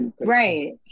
right